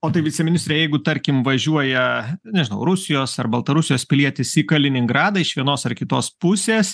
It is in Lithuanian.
o tai viceministre jeigu tarkim važiuoja nežinau rusijos ar baltarusijos pilietis į kaliningradą iš vienos ar kitos pusės